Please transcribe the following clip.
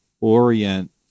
orient